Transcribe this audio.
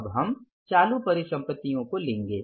अब हम चालू परिसंपत्तियों लेंगे